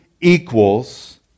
equals